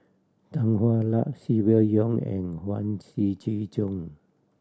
Tan Hwa Luck Silvia Yong and Huang Shiqi Joan